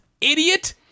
Idiot